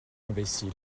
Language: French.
imbécile